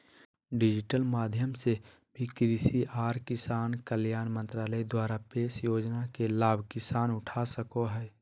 digital माध्यम से भी कृषि आर किसान कल्याण मंत्रालय द्वारा पेश योजना के लाभ किसान उठा सको हय